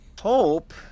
hope